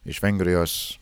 iš vengrijos